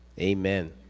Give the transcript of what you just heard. Amen